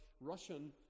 Russian